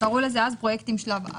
קראו לזה אז פרויקטים שלב א'.